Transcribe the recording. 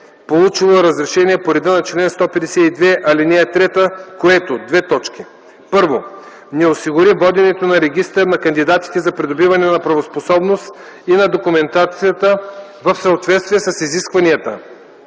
получило разрешение по реда на чл. 152, ал. 3, което: 1. не осигури воденето на регистъра на кандидатите за придобиване на правоспособност и на документацията, в съответствие с изискванията